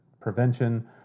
prevention